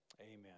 amen